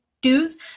dues